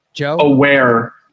aware